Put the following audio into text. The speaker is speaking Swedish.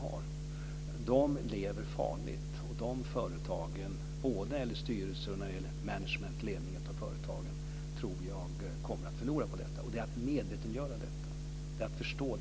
Den starkaste kraften för att få fler kvinnor i IT-branschen är att medvetandegöra detta så att man förstår.